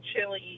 chili